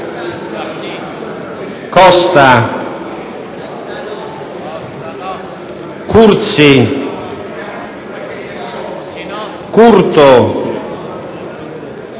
Costa, Cursi, Curto,